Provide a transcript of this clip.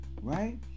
right